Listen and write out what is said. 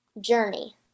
journey